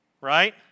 right